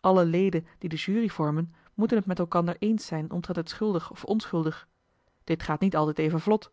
alle leden die de jury vormen moeten het met elkander eens zijn omtrent het schuldig of onschuldig dit gaat niet altijd even vlot